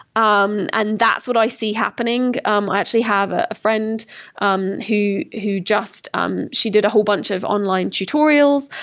um and that's what i see happening. um i actually have a friend um who who just um she did a whole bunch of online tutorials,